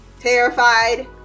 terrified